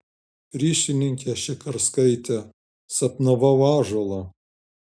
ryšininkė šikarskaitė sapnavau ąžuolą